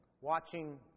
watching